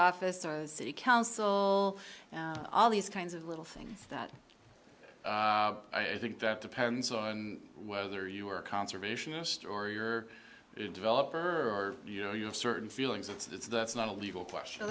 office or the city council all these kinds of little things that i think that depends on whether you are a conservationist or you're a developer or you know you have certain feelings it's that's not a legal question